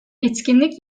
etkinlik